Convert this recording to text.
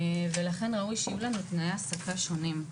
ולכן ראוי שיהיו לנו תנאי העסקה שונים.